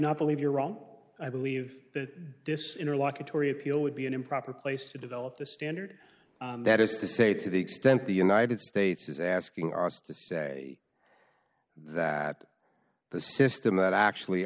not believe you're wrong i believe that this interlocutory appeal would be an improper place to develop the standard that is to say to the extent the united states is asking us to say that the system that actually